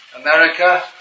America